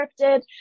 scripted